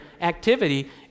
activity